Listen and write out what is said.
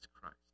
Christ